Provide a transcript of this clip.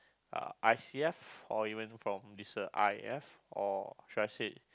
uh or even from this uh I F or should I say